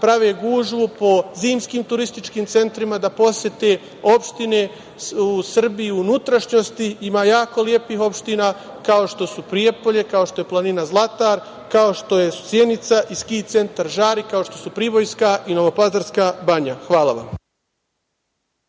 prave gužvu po zimskim turističkim centrima, da posete opštine u Srbiji i unutrašnjosti. Ima jako lepih opština kao što su Prijepolje, kao što je planina Zlatar, kao što je Sjenica i Ski centar „Žari“, kao što su Pribojska i Novopazarska Banja. Hvala vam.